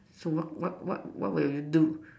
so what what what what would you do